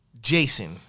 Jason